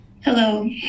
Hello